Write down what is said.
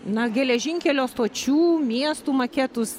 na geležinkelio stočių miestų maketus